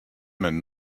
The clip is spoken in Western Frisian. men